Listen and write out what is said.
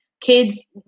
Kids